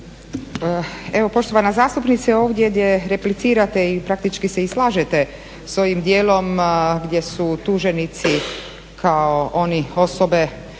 Evo poštovana zastupnice, ovdje gdje replicirate i praktički se i slažete sa ovim dijelom gdje su tuženici kao oni osobe